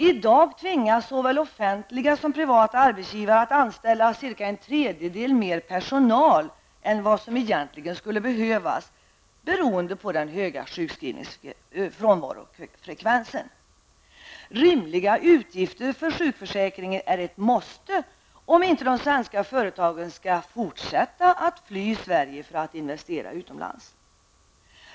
I dag tvingas såväl offentliga som privata arbetsgivare att anställa en tredjedel mer personal än vad som egentligen skulle behövas beroende på den höga frånvarofrekvensen. Rimliga utgifter för sjukförsäkringen är ett måste om inte de svenska företagen skall fortsätta att fly Sverige för att investera utomlands.